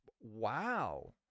wow